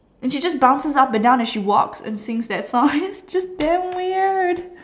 and she just bounces up and down as she walks around and sings that song and it's just damn weird